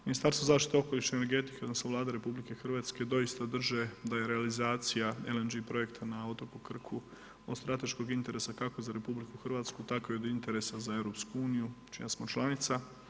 Ministarstvo zaštiti okoliša i energetike odnosno Vlada RH doista drže da je realizacija LNG projekta na otoku Krku od strateškog interesa kako za RH tako i od interesa za EU čija smo članica.